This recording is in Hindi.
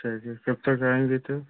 चलिय कब तक आएंगे तो